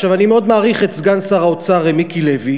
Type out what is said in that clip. אני מאוד מעריך את סגן שר האוצר מיקי לוי,